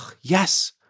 Yes